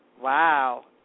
Wow